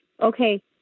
okay